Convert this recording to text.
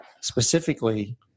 specifically